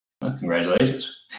Congratulations